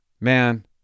man